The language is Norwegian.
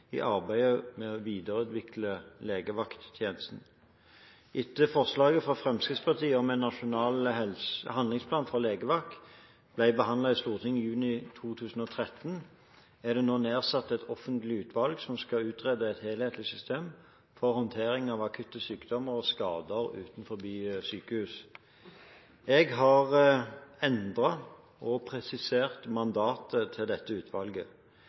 i arbeidet med å videreutvikle legevakttjenesten. Etter at forslaget fra Fremskrittspartiet om en nasjonal handlingsplan for legevakt ble behandlet i Stortinget i juni 2013, er det nedsatt et offentlig utvalg som skal utrede et helhetlig system for håndtering av akutte sykdommer og skader utenfor sykehus. Jeg har endret og presisert mandatet til dette utvalget.